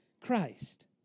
Christ